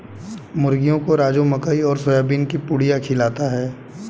मुर्गियों को राजू मकई और सोयाबीन की पुड़िया खिलाता है